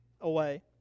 away